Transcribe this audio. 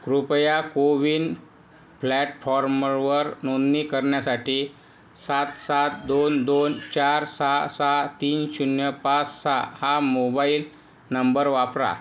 कृपया कोविन प्लॅटफॉर्मरवर नोंदणी करण्यासाठी सात सात दोन दोन चार सहा सहा तीन शून्य पाच सहा हा मोबाईल नंबर वापरा